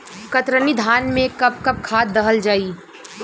कतरनी धान में कब कब खाद दहल जाई?